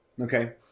Okay